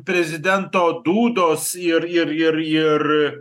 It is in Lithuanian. prezidento dūdos ir ir ir ir